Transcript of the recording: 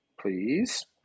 Please